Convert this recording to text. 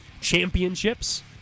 championships